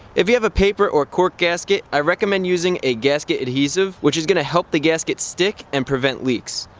if you have a paper or cork gasket, i recommend using a gasket adhesive which is going to help the gasket stick and prevent leaks.